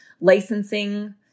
licensing